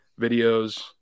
videos